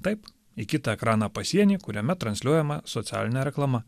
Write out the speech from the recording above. taip į kitą ekraną pasieny kuriame transliuojama socialinė reklama